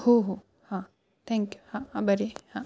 हो हो हा थँक्यू हा आभारी आहे हा